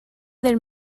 del